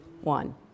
one